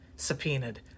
subpoenaed